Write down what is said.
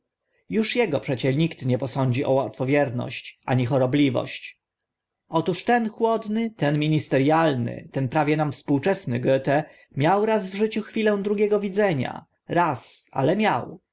już ego przecie nikt nie posądzi o łatwowierność ani chorobliwość otóż ten chłodny ten ministerialny ten prawie nam współczesny goethe miał raz w życiu chwilę drugiego widzenia raz ale miał